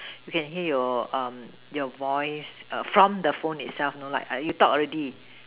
you can hear your um your voice err from the phone is the afternoon you can talk already